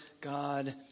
God